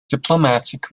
diplomatic